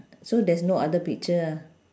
so there's no other picture ah